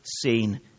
seen